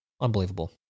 Unbelievable